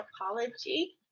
apology